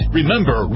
remember